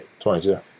22